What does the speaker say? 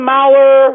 Mauer